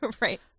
right